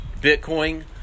bitcoin